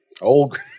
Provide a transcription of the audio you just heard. Old